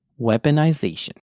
weaponization